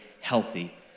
healthy